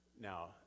now